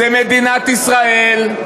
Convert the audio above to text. זה מדינת ישראל,